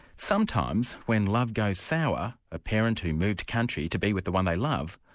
sometimes when love goes sour, a parent who moved country to be with the one they love,